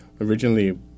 originally